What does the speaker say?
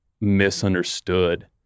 misunderstood